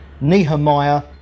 Nehemiah